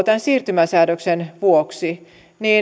tämän siirtymäsäädöksen vuoksi